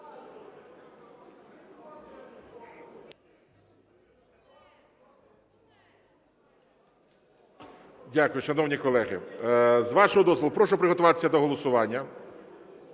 Дякую. Шановні колеги, з вашого дозволу, прошу приготуватися до голосування.